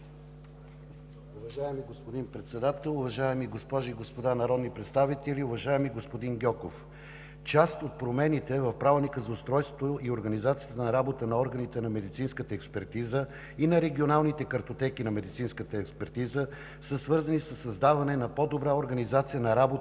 Уважаеми господин Председател, уважаеми госпожи и господа народни представители! Уважаеми господин Гьоков, част от промените в Правилника за устройството и организацията на работа на органите на медицинската експертиза и на регионалните картотеки на медицинската експертиза са свързани със създаване на по-добра организация на работа